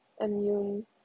immune